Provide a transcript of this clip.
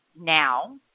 now